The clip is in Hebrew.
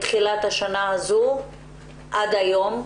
מתחילת השנה הזו ועד היום,